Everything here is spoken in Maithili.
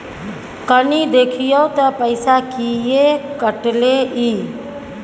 कनी देखियौ त पैसा किये कटले इ?